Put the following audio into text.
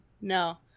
No